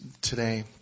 today